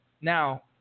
Now